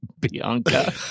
Bianca